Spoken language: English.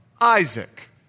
Isaac